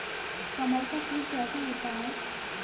कमल का फूल कैसा होता है?